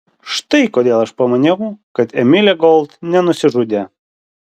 štai kodėl aš pamaniau kad emilė gold nenusižudė